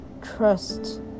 trust